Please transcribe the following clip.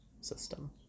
system